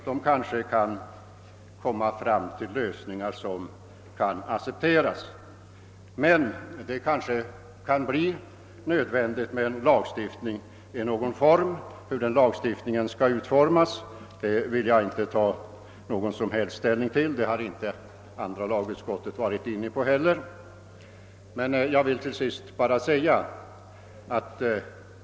De kanske kan åstadkomma lösningar som kan accepteras. Kanske kan det bli nödvändigt med en lagstiftning i någon form. Hur den lagstiftningen skall utformas vill jag dock inte ta någon som helst ställning till, och andra lagutskottet har inte heller varit inne på den saken.